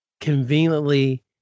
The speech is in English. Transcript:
conveniently